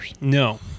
No